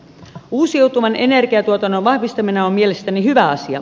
uusiutuvan energiantuotannon vahvistaminen on mielestäni hyvä asia